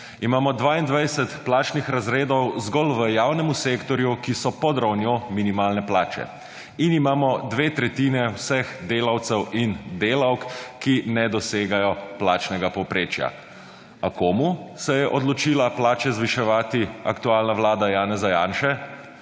Imamo 22 plačnih razredov zgolj v javnemu sektorju, ki so pod ravnjo minimalne plače in imamo dve tretjine vseh delavcev in delavk, ki ne dosegajo plačnega povprečja. A komu se je odločila plače zviševati aktualna vlada Janeza Janše?